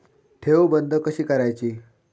ठेव बंद कशी करायची?